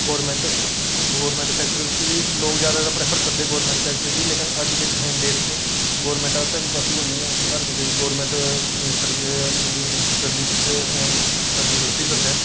government sector च बी लोक ज्यादा प्रैफर करदे गोरमैंट सैक्टर गी लेकिन अज्ज दे टाईम ड़ेट च गोरमैंट आस्तै बी पाॅसिबल नेईं ऐ कि हर कुसै गी गोरमैंट सर्विस सर्विस च सर्विस लब्भी सकै